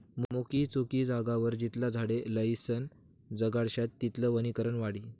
मोकयी चोकयी जागावर जितला झाडे लायीसन जगाडश्यात तितलं वनीकरण वाढी